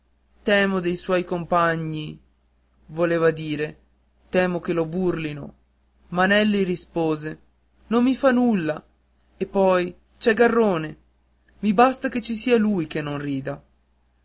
temo dei suoi compagni voleva dire temo che lo burlino ma nelli rispose non mi fa nulla e poi c è arrone i basta che ci sia lui che non rida